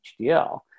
HDL